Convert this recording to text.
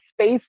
space